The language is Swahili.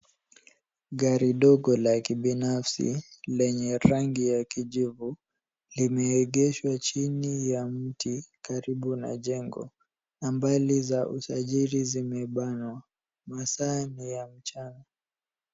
Gari dogo la kibinafsi lenye rangi ya kijivu limeegeshwa chini ya mti karibu na jengo. Nambari za usajili zimebanwa. Masaa ni ya mchana.